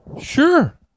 Sure